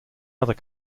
other